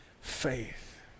faith